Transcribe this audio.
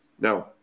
No